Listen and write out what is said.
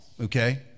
okay